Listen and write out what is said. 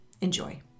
Enjoy